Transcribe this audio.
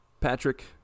Patrick